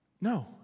No